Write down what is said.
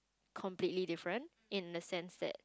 completely different in the sense that